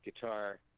guitar